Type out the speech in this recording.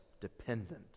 dependent